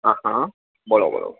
હા હા બોલો બોલો